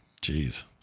Jeez